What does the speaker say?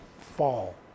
fall